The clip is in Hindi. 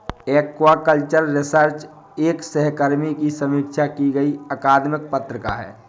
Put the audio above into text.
एक्वाकल्चर रिसर्च एक सहकर्मी की समीक्षा की गई अकादमिक पत्रिका है